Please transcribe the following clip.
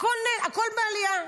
הכול בעלייה.